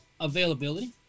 availability